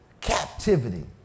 captivity